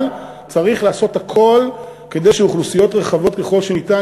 אבל צריך לעשות הכול כדי שאוכלוסיות רחבות ככל שניתן